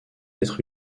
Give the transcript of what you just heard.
être